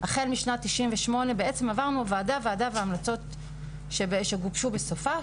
החל משנת 98' בעצם עברנו ועדה ועדה והמלצות שגובשו בסופה,